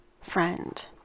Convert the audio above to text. friend